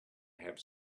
have